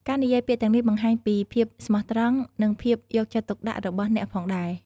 ការនិយាយពាក្យទាំងនេះបង្ហាញពី ភាពស្មោះត្រង់ និងភាពយកចិត្តទុកដាក់របស់អ្នកផងដែរ។